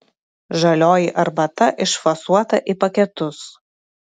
žalioji arbata išfasuota į paketus